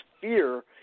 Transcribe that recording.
fear